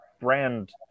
brand